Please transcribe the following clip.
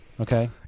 okay